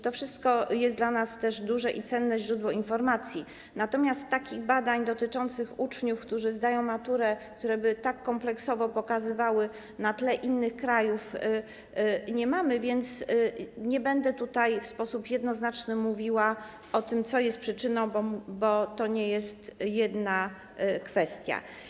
To wszystko jest dla nas dużym i cennym źródłem informacji, natomiast takich badań dotyczących uczniów, którzy zdają maturę, które by tak kompleksowo pokazywały nas na tle innych krajów, nie mamy, więc nie będę tutaj w sposób jednoznaczny mówiła o tym, co jest tu przyczyną, bo to nie jest jedna kwestia.